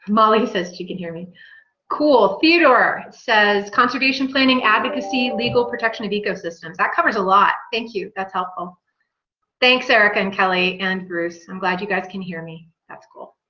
molly says you can hear me cool theodore says contribution planning advocacy legal protection of ecosystems that covers a lot. thank you. that's helpful thanks, erika and kelley and bruce. i'm glad you guys can hear me. that's cool.